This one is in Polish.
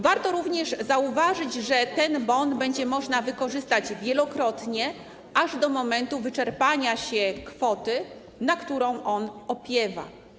Warto również zauważyć, że ten bon będzie można wykorzystać wielokrotnie, aż do momentu wyczerpania się kwoty, na którą on opiewa.